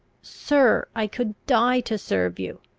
sir, i could die to serve you!